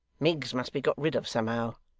miggs must be got rid of somehow,